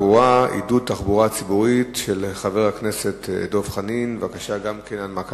לוועדה משותפת לוועדת הכלכלה וועדת הפנים כי ועדת הפנים עוסקת בנושאים